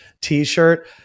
t-shirt